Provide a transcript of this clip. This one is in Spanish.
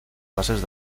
bases